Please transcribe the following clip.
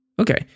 okay